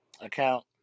account